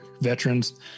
veterans